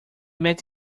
met